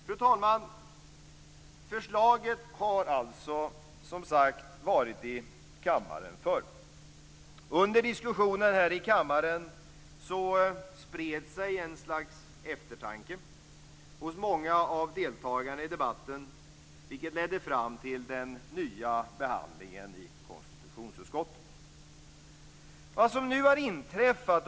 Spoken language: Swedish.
Fru talman! Förslaget har varit i kammaren förut. Under diskussionen här i kammaren spred sig ett slags eftertanke hos många av deltagarna i debatten. Det ledde fram till en ny behandling i konstitutionsutskottet.